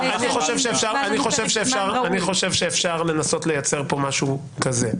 אני חושב שאפשר לנסות לייצר פה משהו כזה.